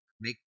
make